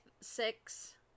six